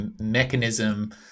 mechanism